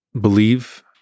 believe